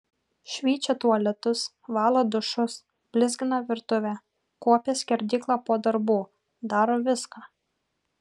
šveičia tualetus valo dušus blizgina virtuvę kuopia skerdyklą po darbų daro viską